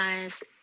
guys